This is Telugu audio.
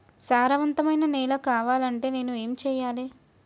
సారవంతమైన నేల కావాలంటే నేను ఏం చెయ్యాలే?